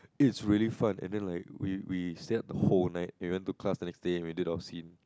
it's really fun and then like we we stayed at the whole night and we went to class the next day we did our scene